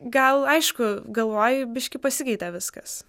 gal aišku galvoji biškį pasikeitė viskas